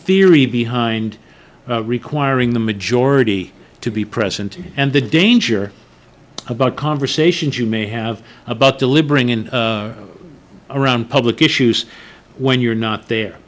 theory behind requiring the majority to be present and the danger about conversations you may have about delivering in around public issues when you're not there